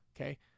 okay